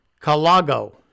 Calago